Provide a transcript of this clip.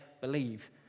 believe